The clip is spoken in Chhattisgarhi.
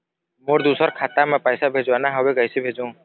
मोर दुसर खाता मा पैसा भेजवाना हवे, कइसे भेजों?